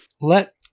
Let